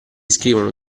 scrivono